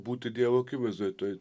būti dievo akivaizdoj toj